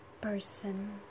person